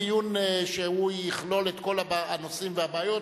דיון שיכלול את כל הנושאים והבעיות